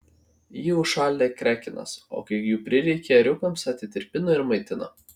ji užšaldė krekenas o kai jų prireikė ėriukams atitirpino ir maitino